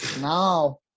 Now